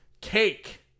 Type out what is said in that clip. Cake